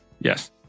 Yes